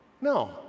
No